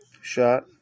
shot